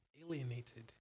alienated